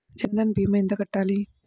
జన్ధన్ భీమా ఎంత కట్టాలి?